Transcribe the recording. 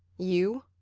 you?